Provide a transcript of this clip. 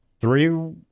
Three